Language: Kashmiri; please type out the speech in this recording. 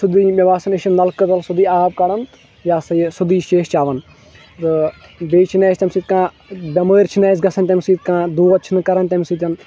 سیٚودُے مےٚ باسان یہِ چھِ نَلکن تل آب کَڈان تہٕ یہِ ہسا یہِ سیٚودُے چھِ اَسہِ چیٚوان بیٚیہِ چھِ نہٕ تَمہِ سٍتۍ کانٛہہ بیٚمٲرۍ چھِنہٕ اَسہِ گَژھان تَمہِ سٍتۍ کانٛہہ دۄد چھِنہٕ کَران تَمہِ سٍتۍ